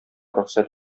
рөхсәт